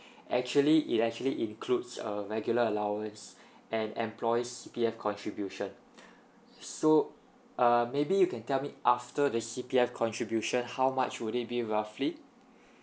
actually it actually includes uh regular allowance and employees' C_P_F contribution so uh maybe you can tell me after the C_P_F contribution how much would it be roughly